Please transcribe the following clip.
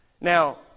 Now